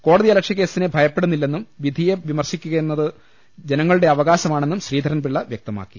കോടതിയലക്ഷ്യ കേസിനെ ഭയപ്പെടുന്നില്ലെന്നും വിധിയെ വിമർശിക്കുകയെന്നത് ജനങ്ങളുടെ അവകാശമാണെന്നും ശ്രീധ രൻപിള്ള വ്യക്തമാക്കി